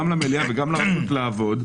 גם למליאה וגם לרשות לעבוד,